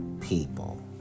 people